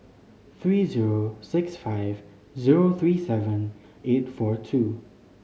three zero six five zero three seven eight four two